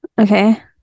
Okay